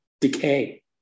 decay